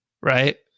right